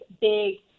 big